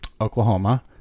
Oklahoma